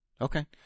Okay